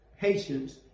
patience